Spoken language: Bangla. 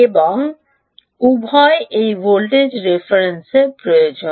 এবং উভয় এই ভোল্টেজ রেফারেন্স প্রয়োজন